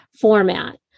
format